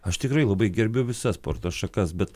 aš tikrai labai gerbiu visas sporto šakas bet